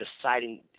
deciding